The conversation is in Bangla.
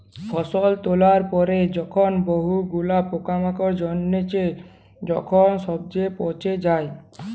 ফসল তোলার পরে যখন বহু গুলা পোকামাকড়ের জনহে যখন সবচে পচে যায়